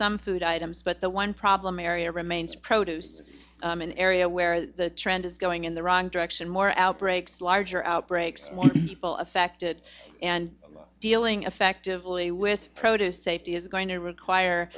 some food items but the one problem area remains produce an area where the trend is going in the wrong direction more outbreaks larger outbreaks will affect it and dealing effectively with produce safety is going to require